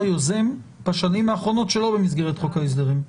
יוזם בשנים האחרונות שלא במסגרת חוק ההסדרים.